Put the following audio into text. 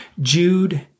Jude